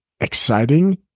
exciting